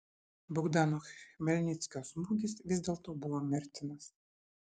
bogdano chmelnickio smūgis vis dėlto buvo mirtinas